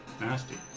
nasty